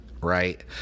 right